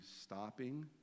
stopping